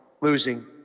losing